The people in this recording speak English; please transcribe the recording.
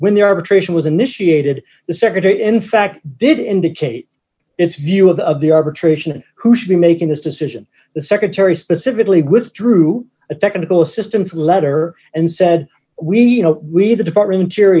when the arbitration was initiated the secretary in fact did indicate its view of the of the arbitration and who should be making this decision the secretary specifically withdrew a technical assistance letter and said we know we the department ch